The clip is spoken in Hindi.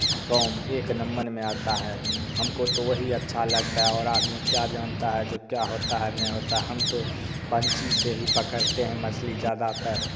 काम एक नंबन में आता है हमको तो वो ही अच्छा लगता है और आदमी क्या जानता है जो क्या होता है नहीं होता हम तो बंसी से ही पकड़ते हैं मछली ज़्यादातर